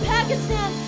Pakistan